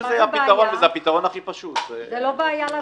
זה לא בעיה לעשות את זה.